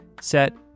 set